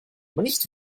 nicht